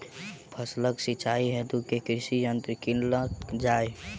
फसलक सिंचाई हेतु केँ कृषि यंत्र कीनल जाए?